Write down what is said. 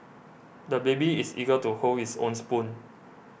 the baby is eager to hold his own spoon